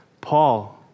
Paul